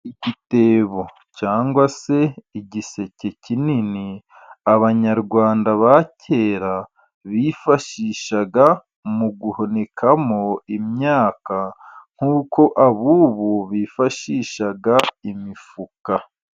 Igitebo cyangwa se igiseke kinini, Abanyarwanda ba kera bifashishaga mu guhunikamo imyaka, nk'uko ab'ubu bifashisha imifuka.